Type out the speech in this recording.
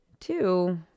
Two